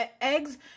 eggs